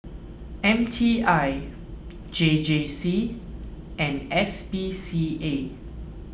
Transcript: M T I J J C and S P C A